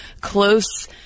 close